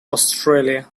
australia